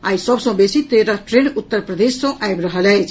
आइ सभ सँ बेसी तेरह ट्रेन उत्तर प्रदेश सँ आबि रहल अछि